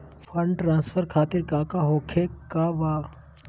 Fund transfer खातिर काका होखे का बा?